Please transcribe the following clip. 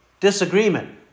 Disagreement